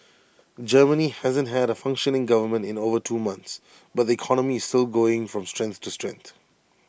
Germany hasn't had A functioning government in over two months but the economy is still going from strength to strength